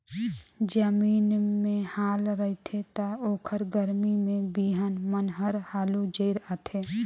जमीन में हाल रहिथे त ओखर गरमी में बिहन मन हर हालू जरई आथे